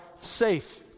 safe